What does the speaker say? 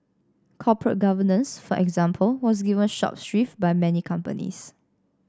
corporate governance for example was given short shrift by many companies